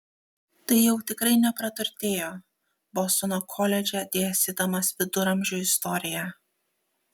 tai jau tikrai nepraturtėjo bostono koledže dėstydamas viduramžių istoriją